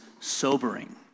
sobering